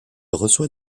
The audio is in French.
reçoit